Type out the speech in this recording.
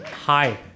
Hi